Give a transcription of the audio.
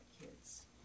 kids